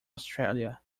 australia